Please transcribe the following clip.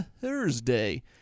Thursday